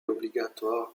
obligatoire